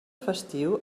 festiu